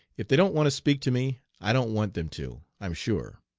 if they don't want to speak to me i don't want them to, i'm sure